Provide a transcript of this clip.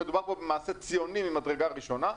מדובר פה במעשה ציוני ממדרגה ראשונה.